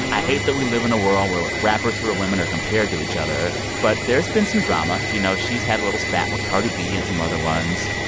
i hate that we live in a world where rappers who are women are compared to each other, but there's been some drama. you know, she's had a little spat with cardi b and some other ones.